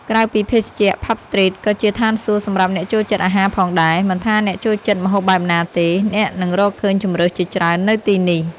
ក្រៅពីភេសជ្ជៈ ផាប់ ស្ទ្រីត ក៏ជាឋានសួគ៌សម្រាប់អ្នកចូលចិត្តអាហារផងដែរ មិនថាអ្នកចូលចិត្តម្ហូបបែបណាទេ អ្នកនឹងរកឃើញជម្រើសជាច្រើននៅទីនេះ។